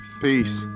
Peace